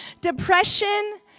depression